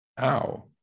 Ow